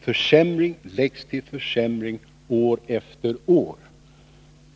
Försämring läggs till försämring år efter år.